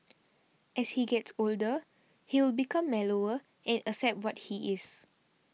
as he gets older he will become mellower and accept what he is